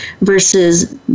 versus